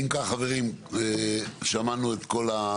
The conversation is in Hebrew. אם כך חברים, שמענו את כל.